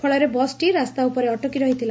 ଫଳରେ ବସ୍ଟି ରାସ୍ତା ଉପରେ ଅଟକି ରହିଥିଲା